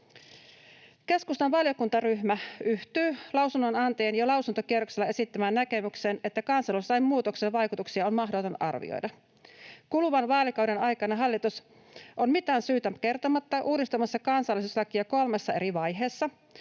Keskustan valiokuntaryhmä yhtyy lausunnonantajien jo lausuntokierroksella esittämään näkemykseen, että kansalaisuuslain muutoksen vaikutuksia on mahdoton arvioida. Kuluvan vaalikauden aikana hallitus on mitään syytä kertomatta uudistamassa kansalaisuuslakia kolmessa eri vaiheessa.